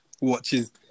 watches